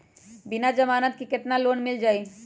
बिना जमानत के केतना लोन मिल जाइ?